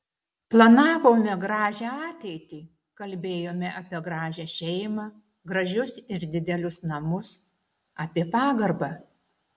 planavome gražią ateitį kalbėjome apie gražią šeimą gražius ir didelius namus apie pagarbą